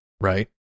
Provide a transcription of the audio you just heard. right